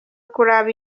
kuraba